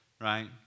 right